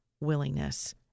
willingness